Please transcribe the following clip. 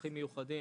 צרכים מיוחדים,